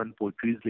poetry